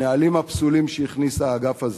הנהלים הפסולים שהכניס האגף הזה,